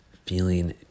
feeling